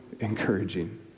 encouraging